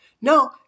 No